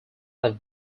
have